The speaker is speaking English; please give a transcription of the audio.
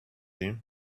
you